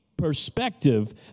perspective